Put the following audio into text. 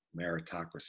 meritocracy